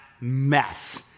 mess